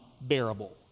bearable